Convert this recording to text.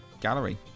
gallery